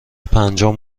پنجم